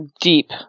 deep